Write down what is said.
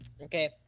okay